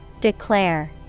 declare